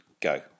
go